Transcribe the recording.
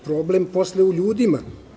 Problem je posle u ljudima.